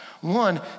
one